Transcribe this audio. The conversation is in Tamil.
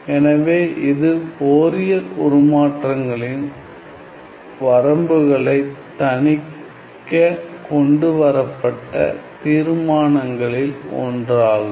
எனவே இது ஃபோரியர் உருமாற்றங்களின் வரம்புகளைத் தணிக்க கொண்டு வரப்பட்ட தீர்மானங்களில் ஒன்றாகும்